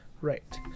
Right